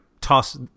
toss